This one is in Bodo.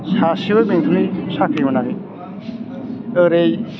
सासेबो बेंटलनि साख्रि मोनाखै ओरै